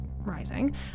rising